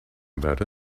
about